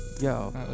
Yo